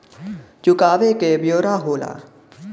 चुकावे क ब्योरा होला